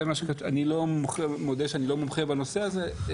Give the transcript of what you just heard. אני מודה שאני לא מומחה בנושא הזה,